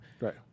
Right